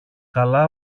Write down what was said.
καλά